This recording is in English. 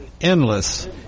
endless